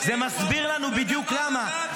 זה מסביר לנו בדיוק -- אתה יודע מה המזל?